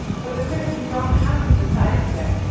but the point is, we don't have to decide today.